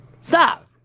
Stop